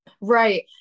right